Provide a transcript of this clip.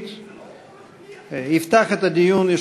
דה-לגיטימציה של מדינת ישראל היא דבר נורא,